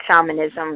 shamanism